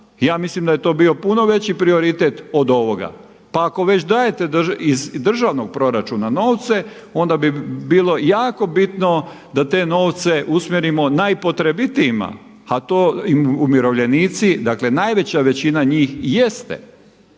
ja mislim da je to bio puno veći prioritet od ovoga. Pa ako već dajete iz državnog proračuna novce onda bi bilo jako bitno da te novce usmjerimo najpotrebitijima a to umirovljenici, dakle najveća većina njih jeste,